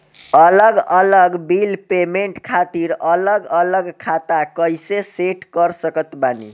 अलग अलग bill payment खातिर अलग अलग खाता कइसे सेट कर सकत बानी?